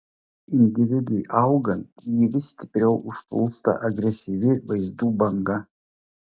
individui augant jį vis stipriau užplūsta agresyvi vaizdų banga